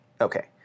okay